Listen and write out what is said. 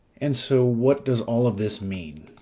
and so, what does all of this mean?